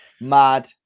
Mad